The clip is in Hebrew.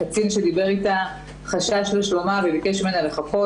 הקצין שדיבר איתה חשש לשלומה וביקש ממנה לחכות.